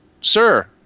sir